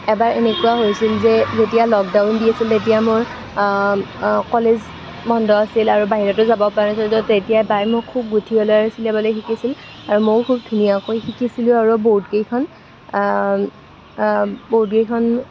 এবাৰ এনেকুৱা হৈছিল যে যেতিয়া লকডাউন দি আছিল তেতিয়া মোৰ কলেজ বন্ধ আছিল আৰু বাহিৰতো যাব পৰা নাছিলোঁ তেতিয়া মোক বায়ে মোক খুব গোঁঠিবলৈ আৰু চিলাবলৈ শিকাইছিল আৰু ময়ো খুব ধুনীয়াকে শিকিছিলোঁ আৰু বহুতকেইখন বহুতকেইখন